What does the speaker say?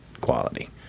quality